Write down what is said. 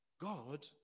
God